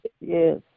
yes